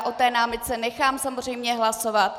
O námitce nechám samozřejmě hlasovat.